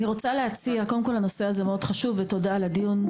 אני רוצה להגיד קודם כל שהנושא הזה מאוד חשוב ותודה על קיום הדיון.